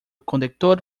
conductor